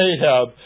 Ahab